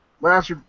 Last